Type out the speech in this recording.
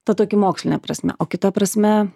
ta tokia moksline prasme o kita prasme